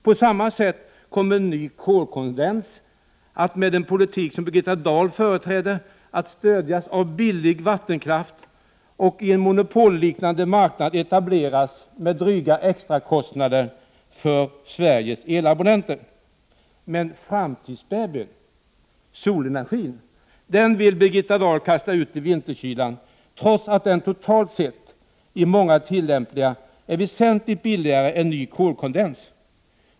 På samma sätt kommer ny kolkondens att med den politik som Birgitta Dahl företräder stödjas av billig vattenkraft och i en monopolliknande marknad etableras med dryga extra kostnader för Sveriges elabonnenter. Men framtidsbabyn, solenergin, vill Birgitta Dahl kasta ut i vinterkylan, trots att den totalt sett i många tillämpningar är väsentligt billigare än ny kolkondens.